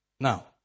Now